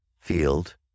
field